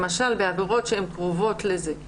למשל בעבירות שהן קרובות לזה.